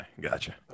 gotcha